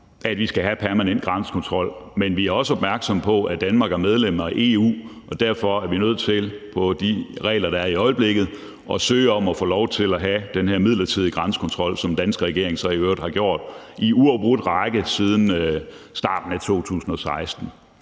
at vi skal have permanent grænsekontrol, men vi er også opmærksomme på, at Danmark er medlem af EU, og derfor er vi nødt til med de regler, der er i øjeblikket, at søge om at få lov til at have den her midlertidige grænsekontrol, som den danske regering så i øvrigt har gjort i en uafbrudt række siden starten af 2016.